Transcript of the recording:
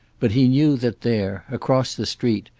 but he knew that there, across the street,